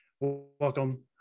welcome